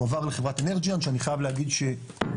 הועבר לחברת אנרג'יאן שאני חייב להגיד שבמהירות